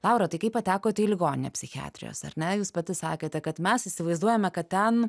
laura tai kai patekot į ligoninę psichiatrijos ar ne jūs pati sakėte kad mes įsivaizduojame kad ten